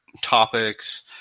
topics